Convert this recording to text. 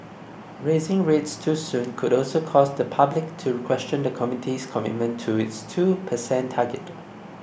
raising rates too soon could also cause the public to question the committee's commitment to its two percent target